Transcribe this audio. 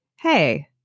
Hey